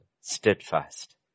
steadfast